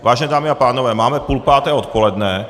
Vážené dámy a pánové, máme půl páté odpoledne.